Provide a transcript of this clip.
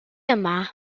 yma